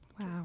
Wow